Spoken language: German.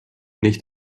nicht